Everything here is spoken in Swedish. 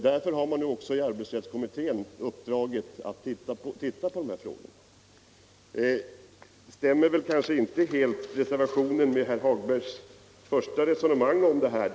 Därför har man också gett arbetsrättskommittén i uppdrag att studera dessa frågor. Reservationen överensstämmer kanske inte med herr Hagbergs resonemang om detta.